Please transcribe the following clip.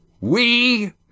We